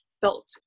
felt